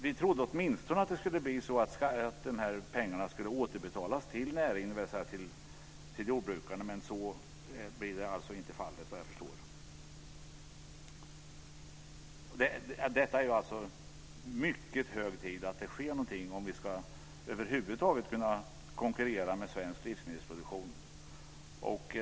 Vi trodde att dessa pengar åtminstone skulle återbetalas till näringen, dvs. till jordbrukarna, men så blir, såvitt jag förstår, inte fallet. Det är mycket hög tid att något sker om vi över huvud taget ska kunna konkurrera med svensk livsmedelsproduktion.